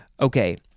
Okay